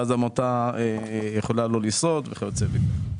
ואז עמותה יכולה לא לשרוד וכיוצא בזה.